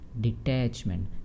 detachment